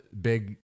big